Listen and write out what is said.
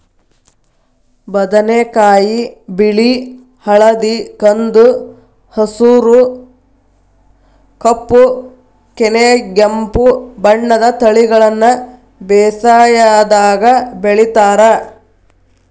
ಬದನೆಕಾಯಿ ಬಿಳಿ ಹಳದಿ ಕಂದು ಹಸುರು ಕಪ್ಪು ಕನೆಗೆಂಪು ಬಣ್ಣದ ತಳಿಗಳನ್ನ ಬೇಸಾಯದಾಗ ಬೆಳಿತಾರ